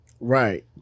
Right